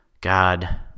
God